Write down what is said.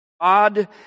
God